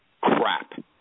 crap